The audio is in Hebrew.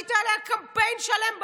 שעשית עליה קמפיין שלם באו"ם,